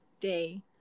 day